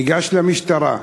ניגש למשטרה,